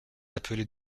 appelé